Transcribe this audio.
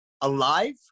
Alive